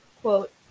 quote